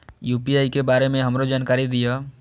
UPI के बारे में हमरो जानकारी दीय?